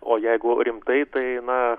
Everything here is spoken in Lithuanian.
o jeigu rimtai tai na